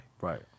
Right